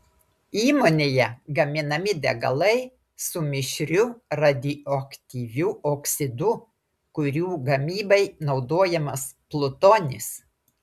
įmonėje gaminami degalai su mišriu radioaktyviu oksidu kurių gamybai naudojamas plutonis